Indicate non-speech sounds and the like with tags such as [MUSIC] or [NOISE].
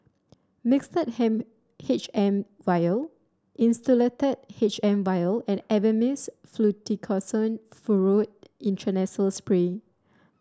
Mixtard [UNINTELLIGIBLE] H M vial Insulatard H M vial and Avamys Fluticasone Furoate Intranasal Spray